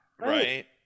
Right